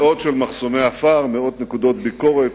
מאות של מחסומי עפר, מאות נקודות ביקורת.